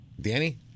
Danny